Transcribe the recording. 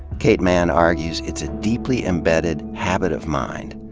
kate manne argues it's a deeply embedded habit of mind,